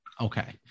Okay